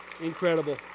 incredible